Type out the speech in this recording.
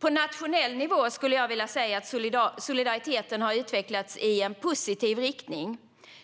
På nationell nivå skulle jag vilja säga att solidariteten har utvecklats i en positiv riktning.